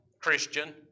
Christian